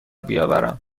بیاورم